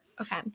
Okay